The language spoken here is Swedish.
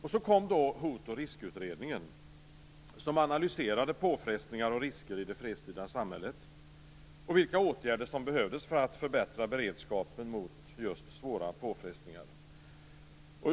Därefter tillsattes Hot och riskutredningen, som analyserade påfrestningar och risker i det fredstida samhället och vilka åtgärder som behövdes för att förbättra beredskapen mot svåra påfrestningar.